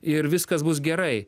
ir viskas bus gerai